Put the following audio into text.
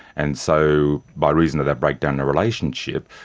and so by reason of that breakdown in relationship,